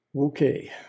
Okay